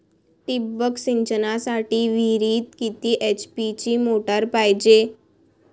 ठिबक सिंचनासाठी विहिरीत किती एच.पी ची मोटार पायजे?